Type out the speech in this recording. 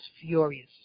furious